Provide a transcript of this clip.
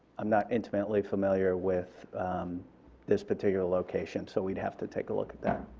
um not intimately familiar with this particular location so we would have to take a look at that.